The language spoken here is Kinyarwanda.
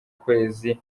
kwezi